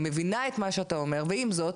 אני מבינה את מה שאתה אומר ועם זאת,